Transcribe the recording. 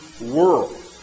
world